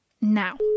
now